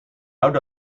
out